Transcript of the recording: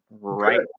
Right